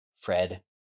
Fred